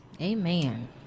Amen